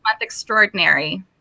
extraordinary